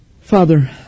Father